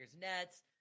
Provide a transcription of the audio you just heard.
Nets